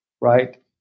right